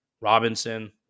robinson